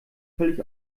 völlig